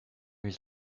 his